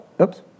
oops